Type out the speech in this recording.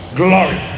glory